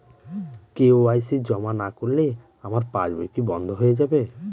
KYC জমা না করলে আমার পাসবই কি বন্ধ হয়ে যাবে?